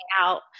out